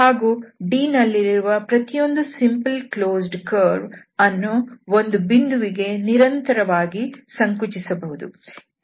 ಹಾಗೂ D ನಲ್ಲಿರುವ ಪ್ರತಿಯೊಂದು ಸಿಂಪಲ್ ಕ್ಲೋಸ್ಡ್ ಕರ್ವ್ಅನ್ನು ಒಂದು ಬಿಂದುವಿಗೆ ನಿರಂತರವಾಗಿ ಸಂಕುಚಿಸಬಹುದು